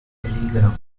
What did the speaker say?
peligro